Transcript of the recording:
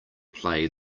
play